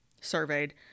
surveyed